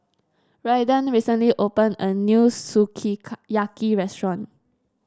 Raiden recently opened a new Sukiyaki Restaurant